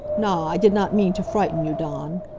na, i did not mean to frighten you, dawn.